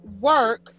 work